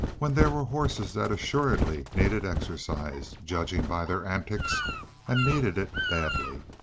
when there were horses that assuredly needed exercise judging by their antics and needed it badly?